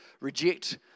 reject